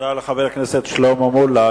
תודה לחבר הכנסת שלמה מולה.